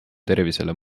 tervisele